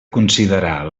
considerar